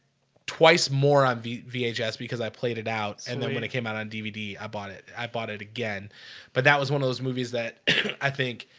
twice more on vhs because i played it out and then when it came out on dvd, i bought it i bought it again but that was one of those movies that i think